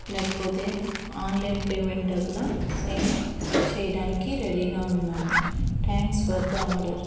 లేకపోతే online payment కూడా నేను చేయడానికి రెడీగా ఉన్నాను థ్యాంక్స్ ఫర్ ద ఆర్డర్